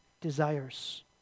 desires